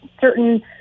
certain